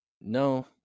no